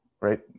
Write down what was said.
right